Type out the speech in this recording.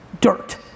Dirt